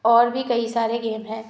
और भी कई सारे गेम है